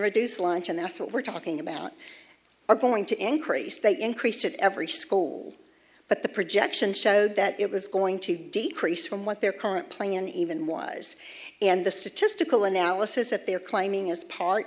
reduced lunch and that's what we're talking about are going to increase they increase at every school but the projection showed that it was going to decrease from what their current playing in even was and the statistical analysis that they are claiming is part